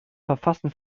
verfassen